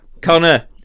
Connor